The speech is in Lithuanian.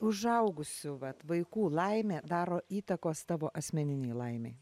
užaugusių vat vaikų laimė daro įtakos tavo asmeninei laimei